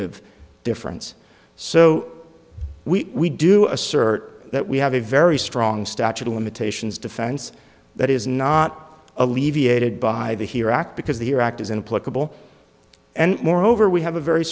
e difference so we do assert that we have a very strong statute of limitations defense that is not alleviated by the here act because the air act is in political and moreover we have a very